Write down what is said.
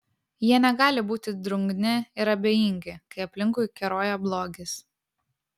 jie negali būti drungni ir abejingi kai aplinkui keroja blogis